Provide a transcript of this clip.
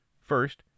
First